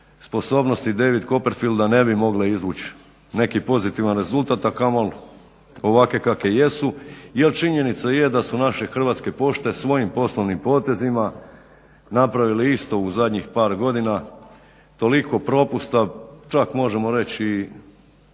sposobnosti David Copperfielda ne bi mogli izvući neki pozitivan rezultat, a kamoli ovakve kakve jesu jel činjenica je da su naše Hrvatske pošte svojim poslovnim potezima napravili isto u zadnjih par godina, toliko propusta čak možemo reći